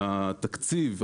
והתקציב,